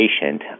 patient